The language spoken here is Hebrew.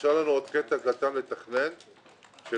נשאר לנו עוד קטע קטן לתכנן של